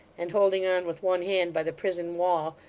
and holding on with one hand by the prison wall,